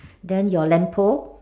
then your lamp post